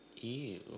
Ew